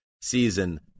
season